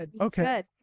okay